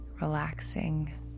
relaxing